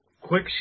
quick